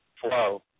flow